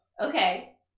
Okay